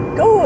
go